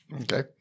Okay